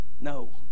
no